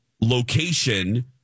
location